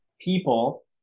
people